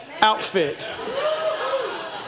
outfit